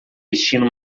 vestindo